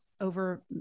over